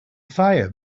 fire